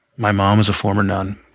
my mom is a former nun.